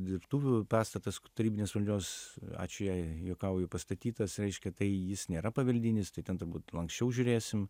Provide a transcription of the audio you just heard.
dirbtuvių pastatas tarybinės valdžios ačiū jai juokauju pastatytas reiškia tai jis nėra paveldinis tai ten turbūt anksčiau žiūrėsim